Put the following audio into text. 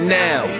now